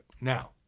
Now